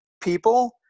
people